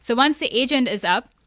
so once the agent is up,